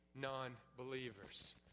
non-believers